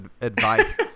advice